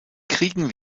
kriegen